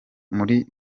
muri